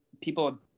people